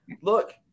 look